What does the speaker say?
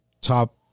top